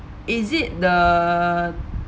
is it the